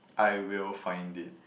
I will find it